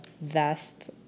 vest